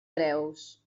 creus